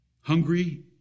hungry